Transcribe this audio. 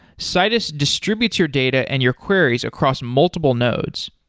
citus distributes your data and your queries across multiple nodes.